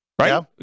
Right